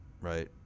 right